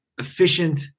efficient